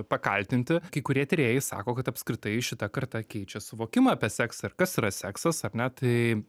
pakaltinti kai kurie tyrėjai sako kad apskritai šita karta keičia suvokimą apie seksą ir kas yra seksas ar ne tai